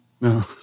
No